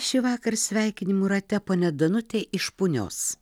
šįvakar sveikinimų rate ponia danutė iš punios